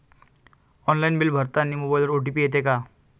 Online bill भरतानी मोबाईलवर OTP येते का?